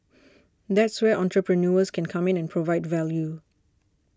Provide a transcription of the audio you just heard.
that's where entrepreneurs can come in and provide value